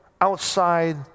outside